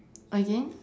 again